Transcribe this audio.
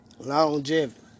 Longevity